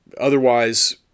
otherwise